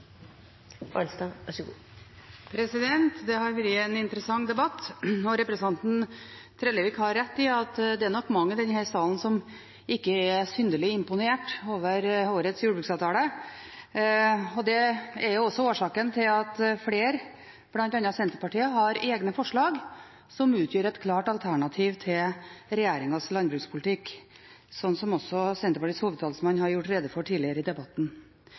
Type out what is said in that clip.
Trellevik har rett i at det er nok mange i denne salen som ikke er synderlig imponert over årets jordbruksavtale. Det er også årsaken til at flere, bl.a. Senterpartiet, har egne forslag, som utgjør et klart alternativ til regjeringens landbrukspolitikk, slik som også Senterpartiets hovedtalsmann har gjort rede for tidligere i debatten.